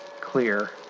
clear